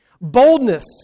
Boldness